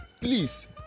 Please